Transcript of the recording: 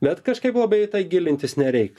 bet kažkaip labai gilintis nereik